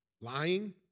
lying